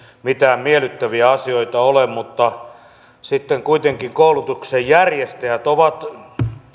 mitään miellyttäviä asioita ole mutta sitten kuitenkin koulutuksen järjestäjät ovat